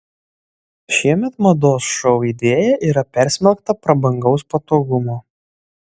šiemet mados šou idėja yra persmelkta prabangaus patogumo